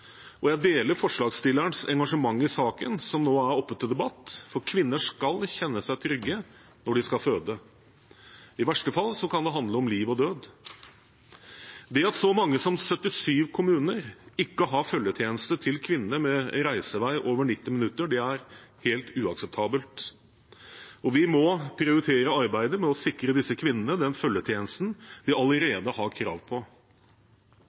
og jeg deler forslagsstillernes engasjement i saken som nå er oppe til debatt, for kvinner skal kjenne seg trygge når de skal føde. I verste fall kan det handle om liv og død. Det at så mange som 77 kommuner ikke har følgetjeneste til kvinner med reisevei over 90 minutter, er helt uakseptabelt, og vi må prioritere arbeidet med å sikre disse kvinnene den følgetjenesten de allerede har krav på.